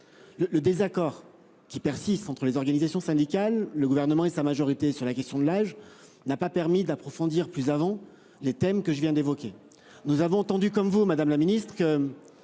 le désaccord qui persiste entre les organisations syndicales, le gouvernement et sa majorité sur la question de l'âge n'a pas permis d'approfondir plus avant les thèmes que je viens d'évoquer, nous avons entendu comme vous Madame la Ministre que.